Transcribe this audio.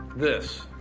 this.